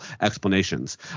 explanations